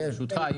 ברשותך.